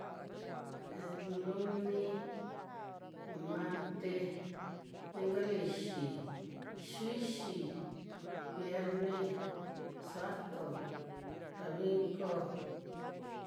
E luni, marte, linko lixi, xivuixi, yierni, suvato, dominko.